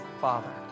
Father